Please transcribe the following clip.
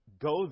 go